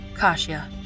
Kasia